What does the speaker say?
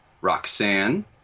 Roxanne